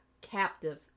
captive